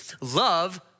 love